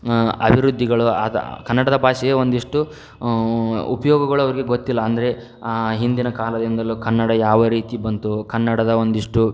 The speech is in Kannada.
ಅಭಿವೃದ್ಧಿಗಳು ಆದ ಕನ್ನಡದ ಭಾಷೆಯ ಒಂದಿಷ್ಟು ಉಪಯೋಗಗಳು ಅವರಿಗೆ ಗೊತ್ತಿಲ್ಲ ಅಂದರೆ ಹಿಂದಿನ ಕಾಲದಿಂದಲೂ ಕನ್ನಡ ಯಾವ ರೀತಿ ಬಂತು ಕನ್ನಡದ ಒಂದಿಷ್ಟು